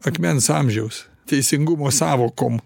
akmens amžiaus teisingumo sąvokom